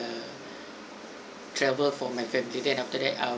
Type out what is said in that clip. ~e travel for my family then after that I'll